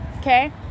okay